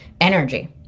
energy